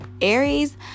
Aries